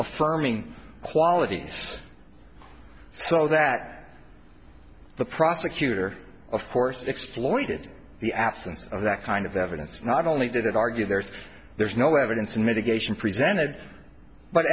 affirming qualities so that the prosecutor of course exploited the absence of that kind of evidence not only did it argue there's there's no evidence in mitigation presented but